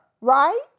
right